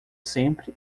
sempre